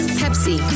pepsi